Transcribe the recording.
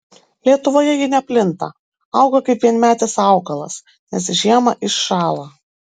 lietuvoje ji neplinta auga kaip vienmetis augalas nes žiemą iššąla